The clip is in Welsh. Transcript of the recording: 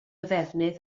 ddefnydd